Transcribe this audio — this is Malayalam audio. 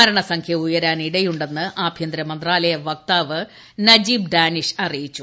മരണസംഖ്യ ഉയ്രാൻ ഇടയുടെ ന്ന് ആഭ്യന്തര മന്ത്രാലയ വക്താവ് നജീബ് ഡാനിഷ് അറിയിച്ചു